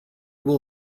will